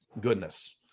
goodness